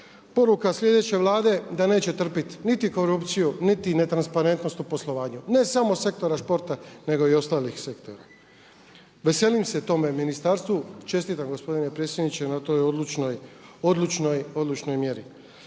poruka sljedeće Vlade da neće trpiti niti korupciju, niti ne transparentnost u poslovanju ne samo sektora sporta nego i ostalih sektora. Veselim se tome ministarstvu, čestitam gospodine predsjedniče na toj odlučnoj mjeri.